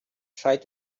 tried